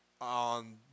on